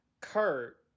Kurt